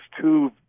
two